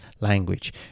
language